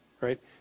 right